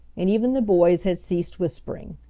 and even the boys had ceased whispering.